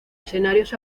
escenarios